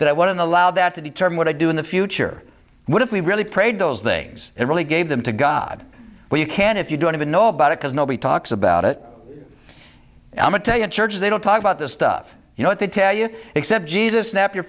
that i wouldn't allow that to determine what i do in the future and what if we really prayed those things it really gave them to god well you can if you don't even know about it because nobody talks about it i'm a tell you a church they don't talk about this stuff you know what they tell you except jesus snap your